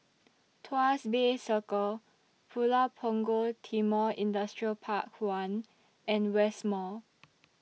Tuas Bay Circle Pulau Punggol Timor Industrial Park one and West Mall